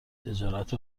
تجارت